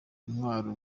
intwaro